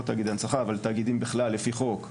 לא תאגידי הנצחה אבל תאגידים בכלל לפי חוק,